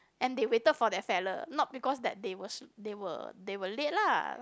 and they waited for that fella not because that they were they were they were late lah